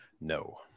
no